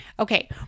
Okay